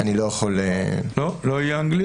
אני לא יכול --- לא תהיה אנגלית?